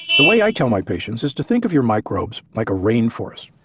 the way i tell my patients is to think of your microbes like a rain forest.